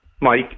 Mike